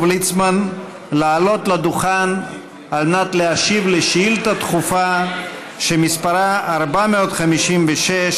ליצמן לעלות לדוכן להשיב על שאילתה דחופה שמספרה 456,